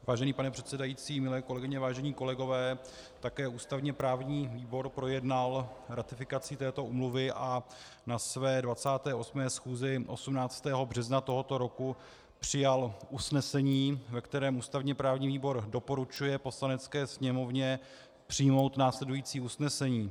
Vážený pane předsedající, milé kolegyně, vážení kolegové, také ústavněprávní výbor projednal ratifikaci této úmluvy a na své 28. schůzi 18. března tohoto roku přijal usnesení, ve kterém ústavněprávní výbor doporučuje Poslanecké sněmovně přijmout následující usnesení: